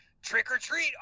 Trick-or-treat